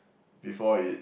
before it